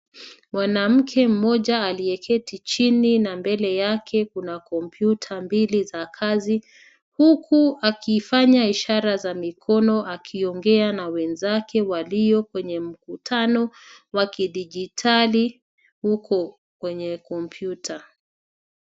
Mwanamke mmoja aliye keti chini na mbele yake kuna komputa mbili za kazi huku aki fanya ishara za mikono akiongea na wenzake walio kwenye mkutano wa kidijitali uko kwenye komputa.